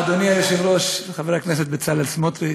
אדוני היושב-ראש חבר הכנסת בצלאל סמוטריץ,